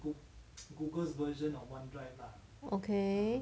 okay